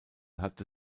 hatte